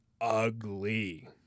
ugly